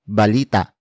balita